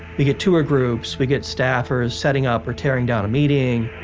we'd get tour groups, we'd get staffers setting up or tearing down a meeting,